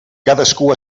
cadascú